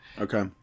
okay